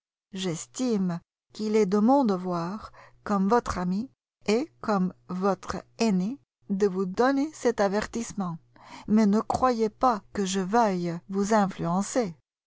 j'estime qu'il est de mon devoir comme votre amie et comme votre aînée de vous donner cet avertissement mais ne croyez pas que je veuille vous influencer